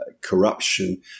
corruption